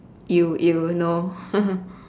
!eww! !eww! no